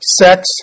sex